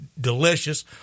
delicious